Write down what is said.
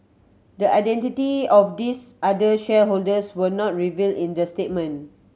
the identity of these other shareholders were not revealed in the statement